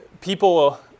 people